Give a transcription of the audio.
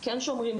כן שומרים,